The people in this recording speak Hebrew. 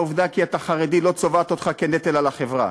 העובדה שאתה חרדי לא צובעת אותך כנטל על החברה,